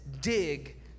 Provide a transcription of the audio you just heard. Dig